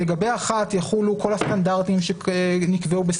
לגבי אחת יחולו כל הסטנדרטים שמוצע